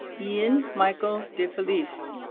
ian michael defelice